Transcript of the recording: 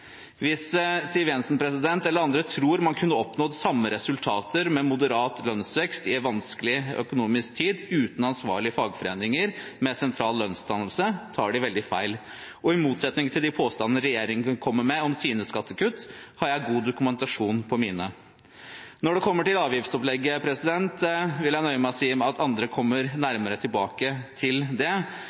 Hvis Siv Jensen eller andre tror man kunne oppnådd samme resultater med moderat lønnsvekst i en vanskelig økonomisk tid uten ansvarlige fagforeninger med sentral lønnsdannelse, tar de veldig feil. I motsetning til de påstander regjeringen kommer med om sine skattekutt, har jeg god dokumentasjon på mine. Når det kommer til avgiftsopplegget, vil jeg nøye meg med å si at andre kommer nærmere tilbake til det.